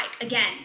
again